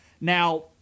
now